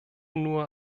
nur